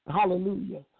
hallelujah